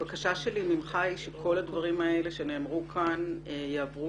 הבקשה שלי ממך היא שכל הדברים האלה שנאמרו כאן יעברו